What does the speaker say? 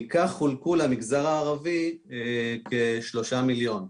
מכך חולקו למגזר הערבי כ-3 מיליון.